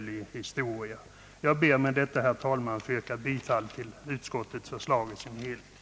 Jag ber att med detta få yrka bifall till utskottets förslag i dess helhet.